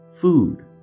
Food